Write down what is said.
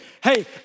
hey